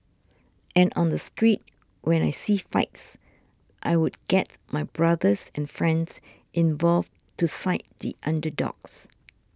and on the street when I see fights I would get my brothers and friends involved to side the underdogs